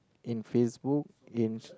in Facebook in